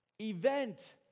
event